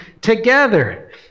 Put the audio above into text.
together